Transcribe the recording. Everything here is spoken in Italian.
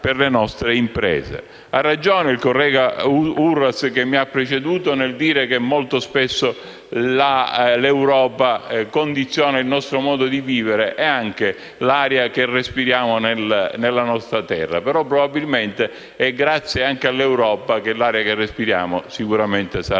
Ha ragione il collega Uras, che mi ha preceduto, nel dire che molto spesso l'Europa condiziona il nostro modo di vivere e anche l'aria che respiriamo nella nostra terra. Però, probabilmente, è grazie anche all'Europa che l'aria che respiriamo sarà